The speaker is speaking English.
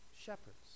shepherds